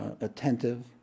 attentive